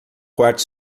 quarto